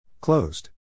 Closed